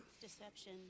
Deception